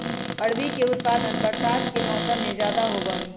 अरबी के उत्पादन बरसात के मौसम में ज्यादा होबा हई